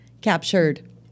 captured